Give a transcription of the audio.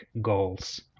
goals